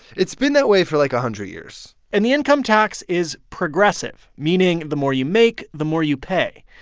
it's been that way for, like, a hundred years and the income tax is progressive, progressive, meaning the more you make, the more you pay.